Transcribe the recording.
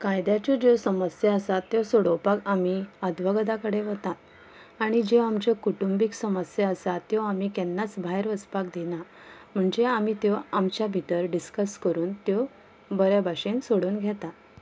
कायद्याच्यो ज्यो समस्या आसा त्यो सोडोवपाक आमी आदवोगादा कडेन वतात आनी जो आमच्यो कुटुंबीक समस्या आसा त्यो आमी केन्नाच भायर वचपाक दिना म्हणजे आमी त्यो आमच्या भितर डिसकस करून त्यो बऱ्या भाशेन सोडोवन घेता